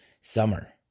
summer